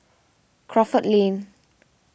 Crawford Lane